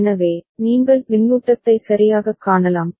எனவே நீங்கள் பின்னூட்டத்தை சரியாகக் காணலாம்